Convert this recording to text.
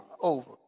over